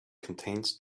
contains